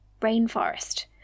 rainforest